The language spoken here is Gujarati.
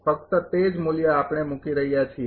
ફક્ત તે જ મૂલ્ય આપણે મૂકી રહ્યા છીએ